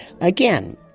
Again